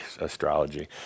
astrology